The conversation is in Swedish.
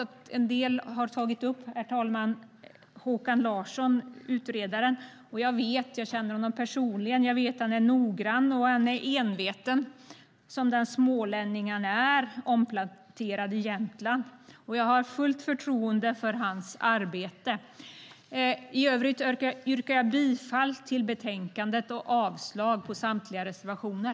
En del har nämnt Håkan Larsson, utredaren. Jag känner honom personligen. Jag vet att han är noggrann och enveten som den smålänning han är, omplanterad i Jämtland. Jag har fullt förtroende för hans arbete. I övrigt yrkar jag bifall till utskottets förslag och avslag på samtliga reservationer.